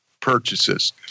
purchases